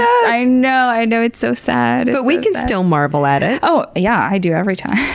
i know, i know, it's so sad! but we can still marvel at it! oh yeah, i do every time.